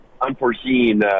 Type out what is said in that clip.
unforeseen